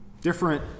Different